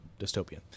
dystopian